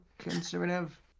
conservative